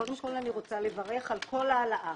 קודם כול, אני רוצה לברך על כל העלאה.